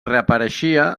reapareixia